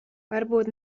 varbūt